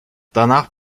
danach